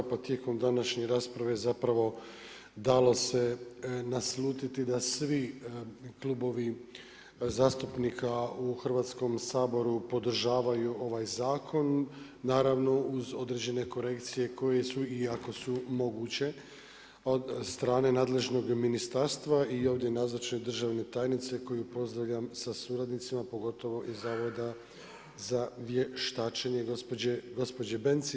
Pa tijekom današnje rasprave dalo se naslutiti da svi klubovi zastupnika u Hrvatskom saboru podržavaju ovaj zakon, naravno uz određene korekcije koje su i ako su moguće od strane nadležnog ministarstva i ovdje nazočne državne tajnice koju pozdravljam sa suradnicima, pogotovo iz Zavoda za vještačenje gospođe BEnci.